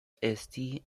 esti